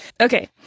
Okay